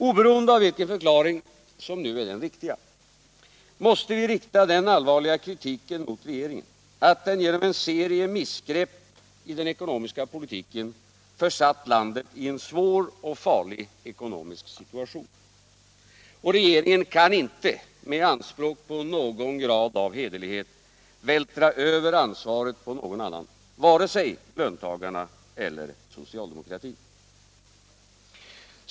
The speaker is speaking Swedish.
Oberoende av vilken förklaring som är den riktiga måste vi rikta den allvarliga kritiken mot regeringen att den genom en serie missgrepp i den ekonomiska politiken försatt landet i en svår och farlig ekonomisk situation. Och regeringen kan inte med anspråk på någon grad av hederlighet vältra över ansvaret på några andra, vare sig löntagarna eller socialdemokratin.